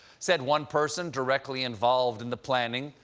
said one person directly involved in the planning,